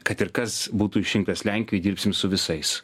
kad ir kas būtų išrinktas lenkijoje dirbsim su visais